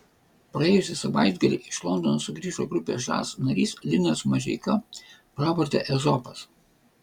praėjusį savaitgalį iš londono sugrįžo grupės žas narys linas mažeika pravarde ezopas